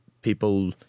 People